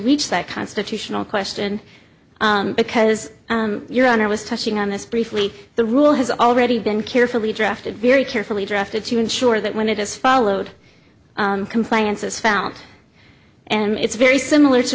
reach that constitutional question because your honor i was touching on this briefly the rule has already been carefully drafted very carefully drafted to ensure that when it is followed compliance is found and it's very similar to